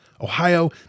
Ohio